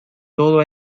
todo